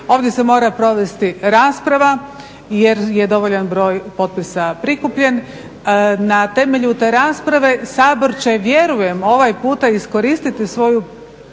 ovdje se mora provesti rasprava jer je dovoljan broj potpisa prikupljene. Na temelju te rasprave Sabor će vjerujemo ovaj puta iskoristiti svoju